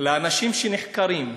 לאנשים שנחקרים.